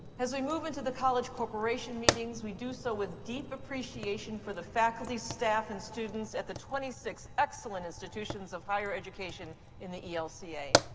as we move into the college corporation meetings, we do so with deep appreciation for the faculty, staff, and students at the twenty six excellent institutions of higher education in the elca. i